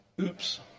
Oops